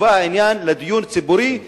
יובא העניין לדיון ציבורי,